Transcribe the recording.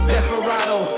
Desperado